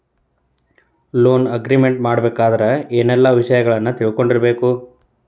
Loan agreement ಮಾಡ್ಬೆಕಾದ್ರ ಏನೆಲ್ಲಾ ವಿಷಯಗಳನ್ನ ತಿಳ್ಕೊಂಡಿರ್ಬೆಕು?